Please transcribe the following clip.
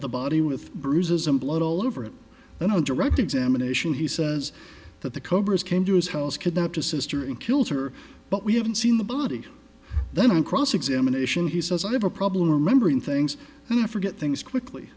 the body with bruises and blood all over it and no direct examination he says that the cobras came to his house kidnapped his sister and killed her but we haven't seen the body then on cross examination he says i have a problem remembering things and i forget things quickly